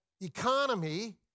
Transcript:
economy